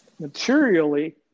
materially